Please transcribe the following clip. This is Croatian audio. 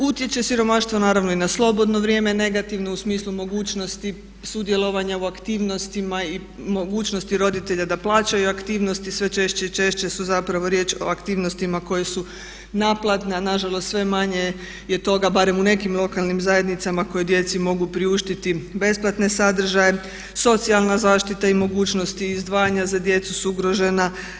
Utjecaj siromaštva naravno i na slobodno vrijeme negativno u smislu mogućnosti sudjelovanja u aktivnostima i mogućnosti roditelja da plaćaju aktivnosti sve češće i češće su zapravo riječ o aktivnostima koje su naplatne, a na žalost sve manje je tog barem u nekim lokalnim zajednicama koje djeci mogu priuštiti besplatne sadržaje, socijalna zaštita i mogućnosti izdvajanja za djecu su ugrožena.